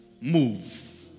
Move